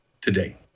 today